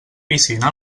piscina